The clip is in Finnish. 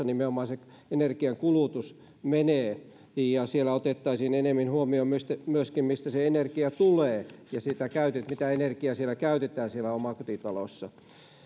nimenomaan se energiankulutus omakotitalossa menee ja otettaisiin enemmän huomioon myöskin mistä se energia tulee ja mitä energiaa käytetään siellä omakotitalossa